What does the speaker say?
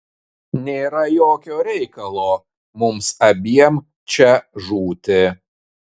nėra jokio reikalo mums abiem čia žūti